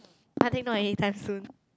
I think not anytime soon